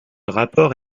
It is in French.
rapport